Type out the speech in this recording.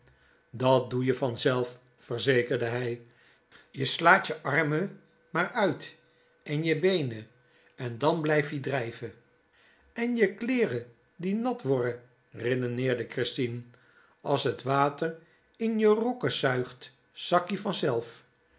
dat doe je vanzelf verzekerde hij je slaat je arme maar uit en je beene en dan blijf ie drijve en je kleere die nat worre redeneerde christien as t water in je rokke zuigt zak ie vanzelf